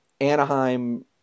Anaheim